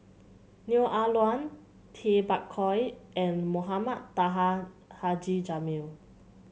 Neo Ah Luan Tay Bak Koi and Mohamed Taha Haji Jamil